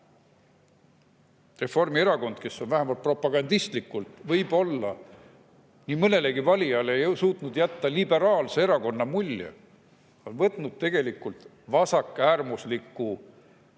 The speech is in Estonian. Reformierakond, kes on vähemalt propagandistlikult võib-olla nii mõnelegi valijale suutnud jätta liberaalse erakonna mulje, on võtnud tegelikult vasakäärmusliku